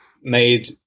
made